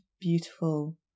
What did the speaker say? beautiful